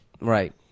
Right